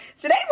today